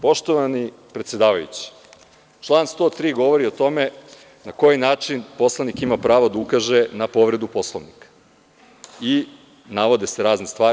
Poštovani predsedavajući, član 103. govori o tome na koji način poslanik ima pravo da ukaže na povredu Poslovnika i navode se razne stvari.